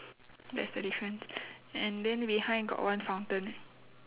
that's the difference and then behind got one fountain